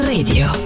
Radio